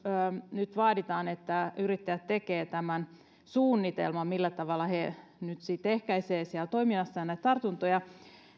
nyt vaaditaan että yrittäjät tekevät tämän suunnitelman millä tavalla he nyt sitten ehkäisevät siellä toiminnassaan näitä tartuntoja